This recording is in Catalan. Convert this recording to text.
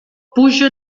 pluja